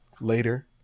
later